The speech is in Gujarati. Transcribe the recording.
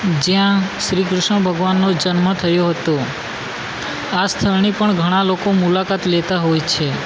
જયાં શ્રી કૃષ્ણ ભગવાનનો જન્મ થયો હતો આ સ્થળની પણ ઘણાં લોકો મુલાકાત લેતાં હોય છે